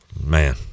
Man